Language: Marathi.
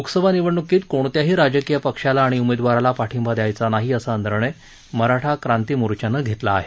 लोकसभा निवडणुकीत कोणत्याही राजकीय पक्षाला आणि उमेदवाराला पाठिंबा द्यायचा नाही असा निर्णय मराठा क्रांती मोर्चानं घेतला आहे